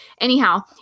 Anyhow